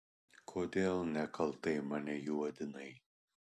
kodėl nekaltai mane juodinai